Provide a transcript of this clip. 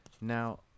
now